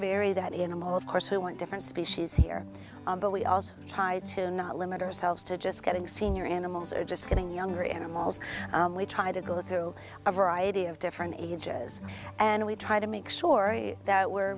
vary that in a mall of course we want different species here but we also tries to not limit ourselves to just getting senior animals or just getting younger animals we try to go through a variety of different ages and we try to make sure that were